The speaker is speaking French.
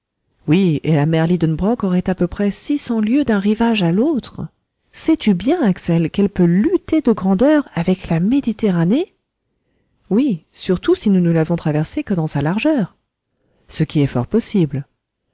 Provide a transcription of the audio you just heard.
oui et la mer lidenbrock aurait à peu près six cents lieues d'un rivage à l'autre sais-tu bien axel qu'elle peut lutter de grandeur avec la méditerranée oui surtout si nous ne l'avons traversée que dans sa largeur ce qui est fort possible